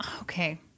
okay